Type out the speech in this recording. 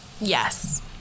yes